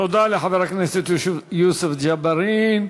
תודה לחבר הכנסת יוסף ג'בארין.